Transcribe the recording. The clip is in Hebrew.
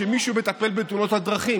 מישהו מטפל בתאונות הדרכים,